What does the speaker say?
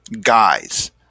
guys